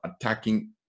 attacking